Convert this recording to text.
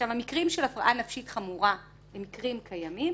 המקרים של הפרעה נפשית חמורה הם מקרים קיימים.